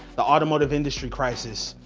the automotive industry crisis,